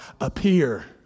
appear